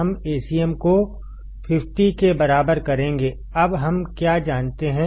हमAcm को 50 के बराबर करेंगेअब हम क्या जानते हैं